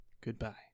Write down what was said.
Goodbye